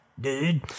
dude